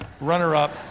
runner-up